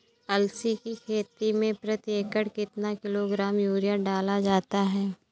अलसी की खेती में प्रति एकड़ कितना किलोग्राम यूरिया डाला जाता है?